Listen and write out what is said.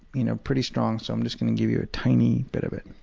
you know, pretty strong, so i'm just gonna give you a tiny bit of it.